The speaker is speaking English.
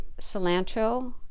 cilantro